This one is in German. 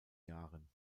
jahren